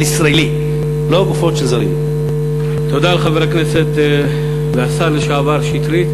בִּקש זאת מידכם רמֹס חֲצֵרָי."